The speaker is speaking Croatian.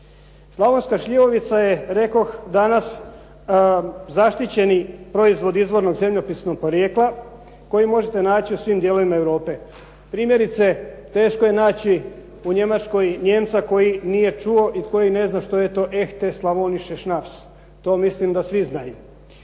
Slavonska šljivovica je rekoh danas zaštićeni proizvod izvornog zemljopisnog porijekla koji možete naći u svim dijelovima Europe. Primjerice, teško je naći u Njemačkoj Nijemca koji nije čuo ili koji ne zna što je to Echte slavonische snaps. To mislim da svi znaju.